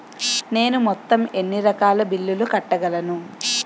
నేను మొత్తం ఎన్ని రకాల బిల్లులు కట్టగలను?